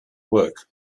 work